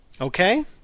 Okay